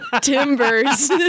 timbers